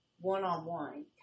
one-on-one